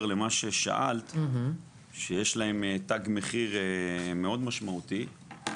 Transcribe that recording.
למה ששאלת שיש להן תג מחיר משמעותי מאוד,